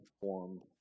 formed